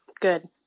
good